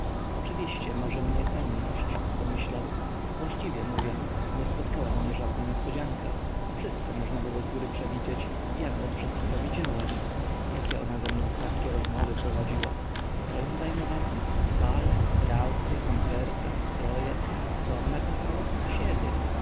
oczywiście morzy mnie senność myślał właściwie mówiąc nie spotkała mnie żadna niespodzianka wszystko można było zgóry przewidzieć ja nawet wszystko to widziałem jakie ona ze mną płaskie rozmowy prowadziła co ją zajmowało bale rauty koncerta stroje co ona kochała siebie